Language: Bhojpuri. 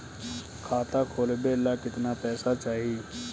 खाता खोलबे ला कितना पैसा चाही?